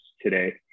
today